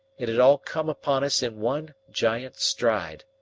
it had all come upon us in one giant stride.